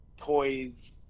toys